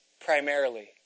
primarily